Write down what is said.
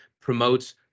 promotes